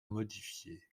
modifié